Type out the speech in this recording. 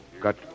Got